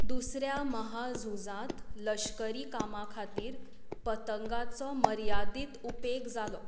दुसऱ्या म्हाझुजांत लश्करी कामां खातीर पतंगांचो मर्यादीत उपेग जालो